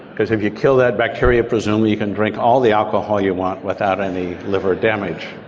because if you kill that bacteria presumably you can drink all the alcohol you want without any liver damage.